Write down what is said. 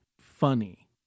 funny